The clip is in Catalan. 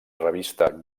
revista